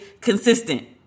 consistent